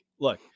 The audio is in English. look